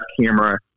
camera